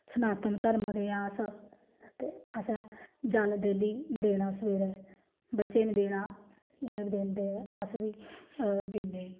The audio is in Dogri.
सनातन धर्म दे आं अस ते असें जल डेली देना सवेरै बच्चें बी देना इ'नें बी दिंदे अस बी दिन्नें